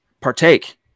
partake